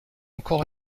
encore